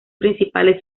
principales